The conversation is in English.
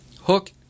hook